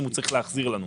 אם הוא צריך להחזיר לנו.